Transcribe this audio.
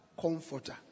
comforter